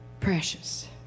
Precious